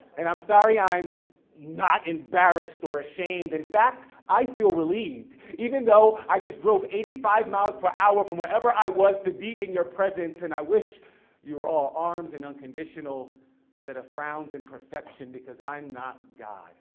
and i'm sorry i'm not embarrassed or ashamed. in fact, i feel relieved. even though, i just drove eighty five miles per hour from where ever i was to be in your presence, and i wish you were all arms and unconditional instead of frowns and perfection, because i'm not god.